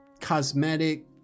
cosmetic